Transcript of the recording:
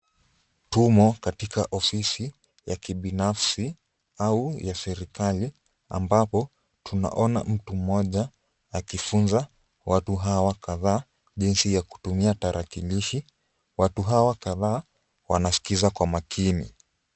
Tumo katika ofisi ya kibinafsi au ya serikali, ambapo tunaona mtu mmoja akifunza watu hawa kadhaa jinsi ya kutumia tarakilishi. Watu hawa kadhaa wanasikiza kwa makini.